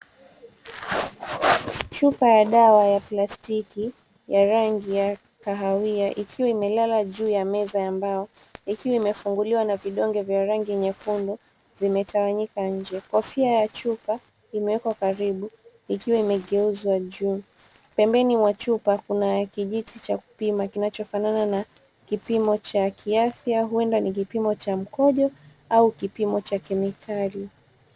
Chupa ya dawa ya plastiki ya rangi ya kahawia, ikiwa imelala juu ya meza ya mbao ikiwa imefunguliwa na vidonge vya rangi nyekundu vimetawanyika nje. Kofia ya chupa imewekwa karibu ikiwa imegeuzwa juu. Pembeni mwa chupa kuna kijiti cha kupima kinachofanana na kipimo cha kiafya, huenda ni kipimo cha mkojo au kipimo cha kemikali.